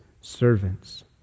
servants